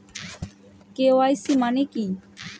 KYC মানে কি?